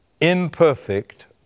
imperfect